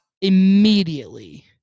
immediately